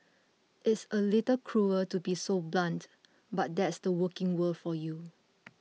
it's a little cruel to be so blunt but that's the working world for you